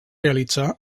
realitzar